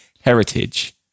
heritage